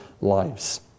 lives